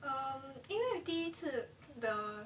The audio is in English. um 因为第一次 the